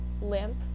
limp